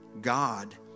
God